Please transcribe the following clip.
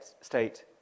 state